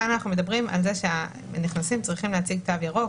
כאן אנחנו מדברים על כך שהנכנסים צריכים להציג תו ירוק.